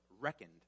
reckoned